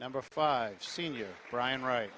number five senior brian right